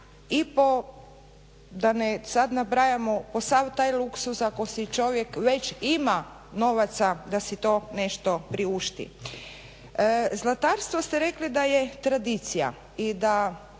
i po da ne sad nabrajamo po sav taj luksuz ako si čovjek već ima novaca da si to nešto priušti. Zlatarstvo ste rekli da je tradicija i da